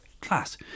class